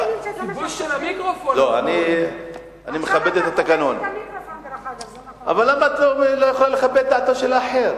אבל למה אף אחד לא יכול לכבד את דעתו של האחר?